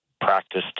practice